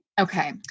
Okay